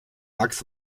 max